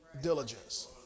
diligence